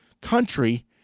country